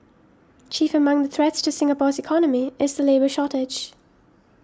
chief among the threats to Singapore's economy is the labour shortage